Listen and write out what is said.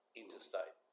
interstate